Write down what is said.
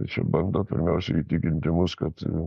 čia bando pirmiausia įtikinti mus kad